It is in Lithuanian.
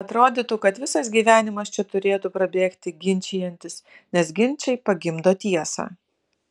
atrodytų kad visas gyvenimas čia turėtų prabėgti ginčijantis nes ginčai pagimdo tiesą